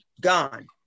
gone